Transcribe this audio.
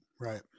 Right